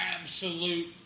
absolute